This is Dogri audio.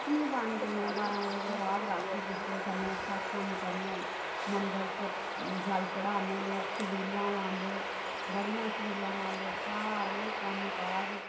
कुछ नेईं पानी पीने बारां बजे दे बाद रातीं कुछ खन्ने सत्संग करने मंदर च जल चढ़ाने लोग छबीलां लांदे बड़ियां छबीलां लांदे सारे कम्म काज